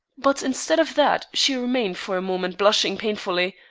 but instead of that she remained for a moment blushing painfully,